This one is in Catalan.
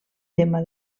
tema